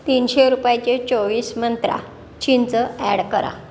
तीनशे रुपयाचे चोवीस मंत्रा चिंच ॲड करा